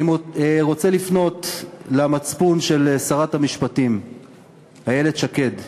אני רוצה לפנות למצפון של שרת המשפטים איילת שקד,